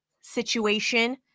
situation